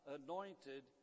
anointed